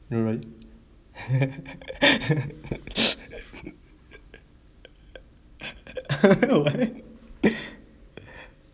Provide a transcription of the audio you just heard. nurul what